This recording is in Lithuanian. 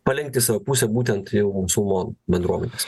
palenkt į savo pusę būtent jau musulmonų bendruomenės